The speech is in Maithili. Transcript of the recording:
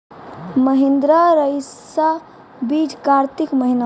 महिंद्रा रईसा बीज कार्तिक महीना?